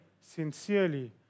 sincerely